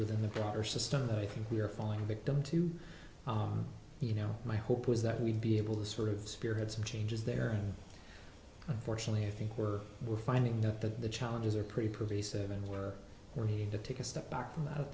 within the broader system that i think we're falling victim to you know my hope was that we'd be able to sort of spearhead some changes there and unfortunately i think we're we're finding that the challenges are pretty pervasive and we're ready to take a step back from that of